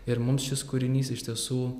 ir mums šis kūrinys iš tiesų